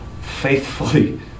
faithfully